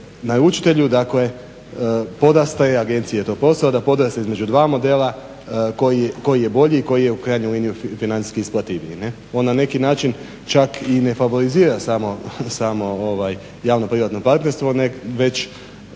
naručitelju, dakle podastre i agenciji je to posao da podastre između dva modela koji je bolji i koji je u krajnjoj liniji financijski isplativiji. On na neki način čak i ne favorizira samo javno-privatno partnerstvo, nego,